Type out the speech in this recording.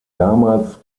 damals